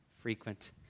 Frequent